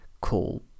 call